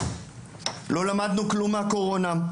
לא למדנו כלום מהקורונה,